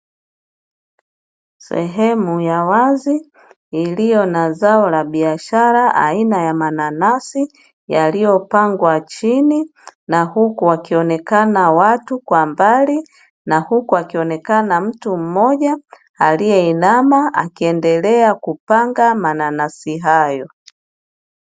Sehemu ya wazi iliyo na zao la biashara aina ya mananasi, yaliyopangwa chini na huku wakionekana watu kwa mbali, na huku akionekana mtu mmoja aliyeinama akiendelea kupanga mananasi hayo.